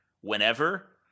whenever